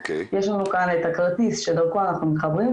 יש לנו כאן את הכרטיס שדרכו אנחנו מתחברים,